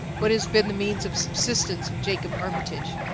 what has been the means of subsistence of jacob armitage?